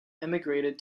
emigrated